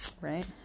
Right